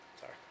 Sorry